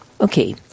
Okay